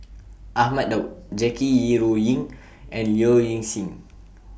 Ahmad Daud Jackie Yi Ru Ying and Low Ing Sing